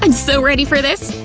and so ready for this.